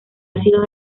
ácidos